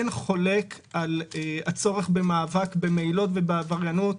אין חולק על הצורך במאבק במהילות ובעבריינות.